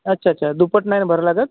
अच्छा अच्छा दुप्पट नाही ना भरायला लागत